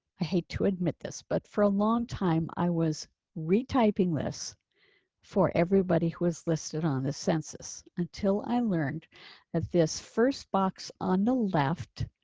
i hate to admit this but for a long time. i was re typing this for everybody who was listed on the census until i learned at this first box on the left.